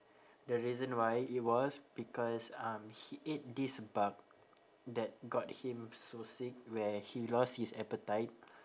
the reason why it was because um he ate this bug that got him so sick where he lost his appetite